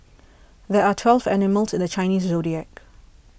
there are twelve animals in the Chinese zodiac